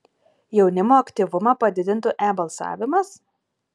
jaunimo aktyvumą padidintų e balsavimas